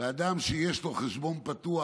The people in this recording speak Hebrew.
אדם שיש לו חשבון פתוח